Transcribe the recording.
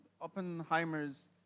Oppenheimer's